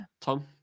Tom